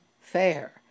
fair